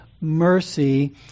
mercy